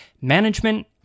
management